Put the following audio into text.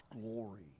glory